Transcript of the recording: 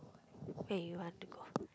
wait you want to go off